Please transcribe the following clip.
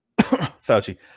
Fauci